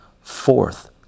fourth